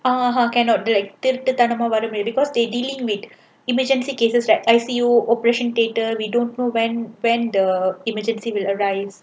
uh cannot like திருட்டுத்தனமா:thiruttuthanamaa because they dealing with emergency cases like I_C_U operation theatre we don't know when when the emergency will arrives